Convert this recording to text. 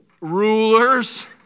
rulers